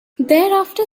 thereafter